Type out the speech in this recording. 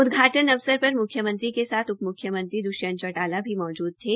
उद्घाटन अवसर पर म्ख्यमंत्री के साथ उप म्ख्यमंत्री श्री द्वष्यंत चौटाला भी मौजूद थे